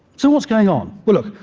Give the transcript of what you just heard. so what's going on? well, look.